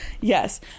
Yes